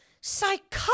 psychotic